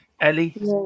Ellie